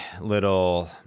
little